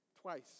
Twice